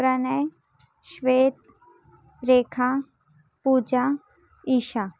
Pranay Shweta Rekha Puja Isha